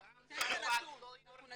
גם צרפת לא יורדים.